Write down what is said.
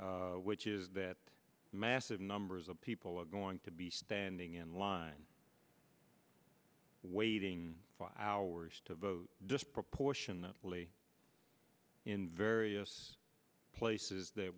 which is that massive numbers of people are going to be standing in line waiting for hours disproportionately in various places that